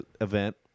event